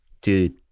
dude